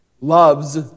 loves